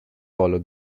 follow